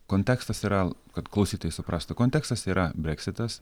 kontekstas yra kad klausytojai suprastų kontekstas yra breksitas